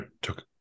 took